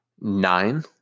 nine